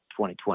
2020